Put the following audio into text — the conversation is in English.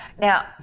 now